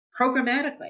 programmatically